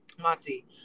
Monty